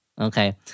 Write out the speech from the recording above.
Okay